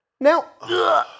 Now